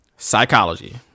psychology